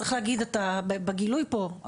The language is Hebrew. צריך להגיד בגלוי פה,